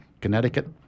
Connecticut